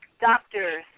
Doctors